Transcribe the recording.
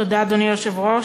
תודה, אדוני היושב-ראש.